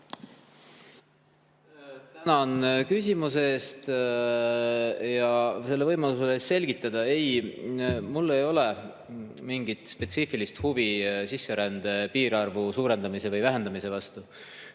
Tänan küsimuse eest ja võimaluse eest selgitada! Ei, mul ei ole mingit spetsiifilist huvi sisserände piirarvu suurendamise või vähendamise vastu.